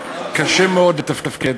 קשה מאוד לתפקד.